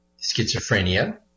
schizophrenia